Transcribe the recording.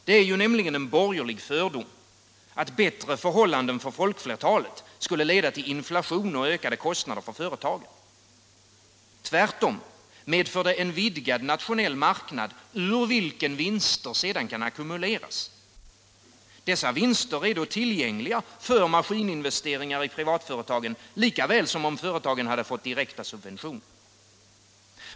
Det är ju nämligen en borgerlig fördom att bättre förhållanden för folkflertalet leder till inflation och ökade kostnader för företagen. Tvärtom medför det en vidgad nationell marknad, ur vilken vinster kan ackumuleras. Dessa vinster är då tillgängliga för maskininvesteringar i privatföretagen lika väl som om företagen fått direkta subventioner.